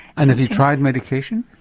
and have you tried medication?